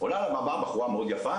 עולה על הבמה בחורה מאוד יפה,